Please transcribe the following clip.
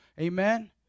Amen